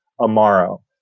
Amaro